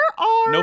no